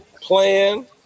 plan